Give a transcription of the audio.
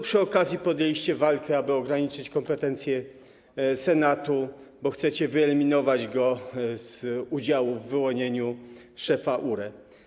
Przy okazji podjęliście walkę, aby ograniczyć kompetencje Senatu, bo chcecie wyeliminować go z udziału w wyłonieniu szefa URE.